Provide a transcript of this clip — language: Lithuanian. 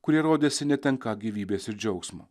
kurie rodėsi netenką gyvybės ir džiaugsmo